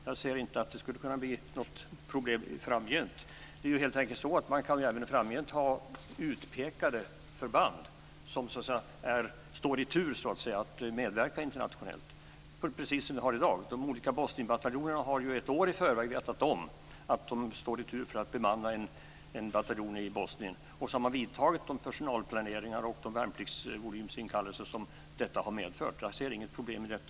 Jag ser inte något problem framgent. Det går att även framgent ha utpekade förband som står i tur att medverka internationellt - precis som i dag. De olika Bosnienbataljonerna har vetat om ett år i förväg att de står i tur att bemanna en bataljon i Bosnien. De har vidtagit den planering i personal och inkallelsevolym av värnpliktiga som har behövts. Jag ser inget problem i det.